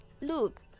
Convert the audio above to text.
look